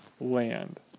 land